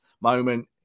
moment